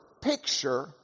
picture